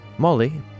Molly